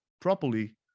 properly